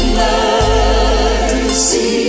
mercy